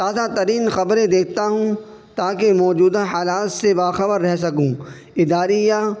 تازہ ترین خبریں دیکھتا ہوں تا کہ موجودہ حالات سے باخبر رہ سکوں اداریہ